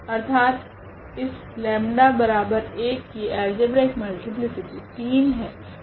अर्थात इस लेम्डा 𝜆 बराबर 1 की अल्जेब्रिक मल्टीप्लीसिटी 3 है